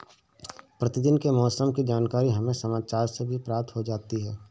प्रतिदिन के मौसम की जानकारी हमें समाचार से भी प्राप्त हो जाती है